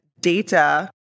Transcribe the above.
data